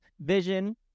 vision